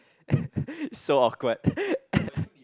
so awkward